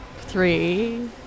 three